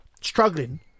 struggling